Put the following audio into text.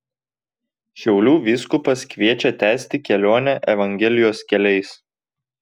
šiaulių vyskupas kviečia tęsti kelionę evangelijos keliais